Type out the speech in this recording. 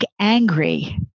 angry